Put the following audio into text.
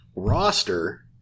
roster